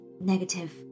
negative